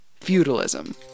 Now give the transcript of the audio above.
feudalism